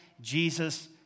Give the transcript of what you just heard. Jesus